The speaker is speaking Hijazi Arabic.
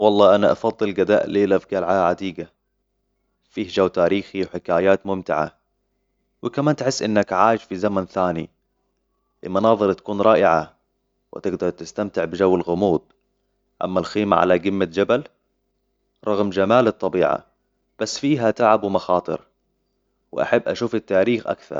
والله أنا أفضل قضاء الليلة في قلعه عتيقه فيه جو تاريخي وحكايات ممتعة وكمان تحس أنك عايش في زمن ثاني في مناظر تكون رائعة وتقدر تستمتع بجو الغموض أما الخيمة على قمة جبل رغم جمال الطبيعة بس فيها تعب ومخاطر وأحب أشوف التاريخ أكثر